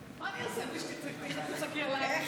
ואני מאחל לך את כל ההצלחה שבעולם.